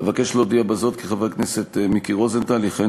אבקש להודיע בזאת כי חבר הכנסת מיקי רוזנטל יכהן